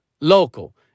Local